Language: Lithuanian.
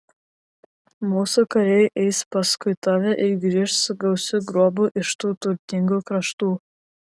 mūsų kariai eis paskui tave ir grįš su gausiu grobiu iš tų turtingų kraštų